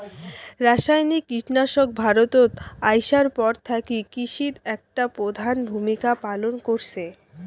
রাসায়নিক কীটনাশক ভারতত আইসার পর থাকি কৃষিত একটা প্রধান ভূমিকা পালন করসে